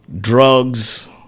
drugs